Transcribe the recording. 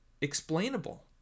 explainable